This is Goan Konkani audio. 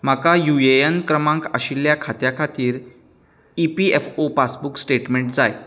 म्हाका युएएन क्रमांक आशिल्ल्या खात्या खातीर ईपीएफओ पासबूक स्टेटमेंट जाय